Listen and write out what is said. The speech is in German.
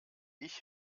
ich